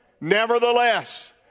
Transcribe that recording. nevertheless